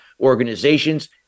organizations